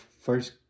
first